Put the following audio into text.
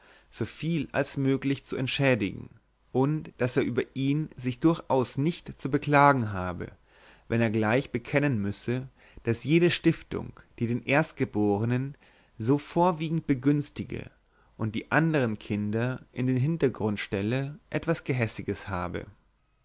vermögens soviel als möglich zu entschädigen und daß er über ihn sich durchaus nicht zu beklagen habe wenn er gleich bekennen müsse daß jede stiftung die den erstgeborenen so vorwiegend begünstige und die andern kinder in den hintergrund stelle etwas gehässiges habe